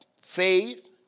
faith